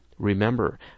Remember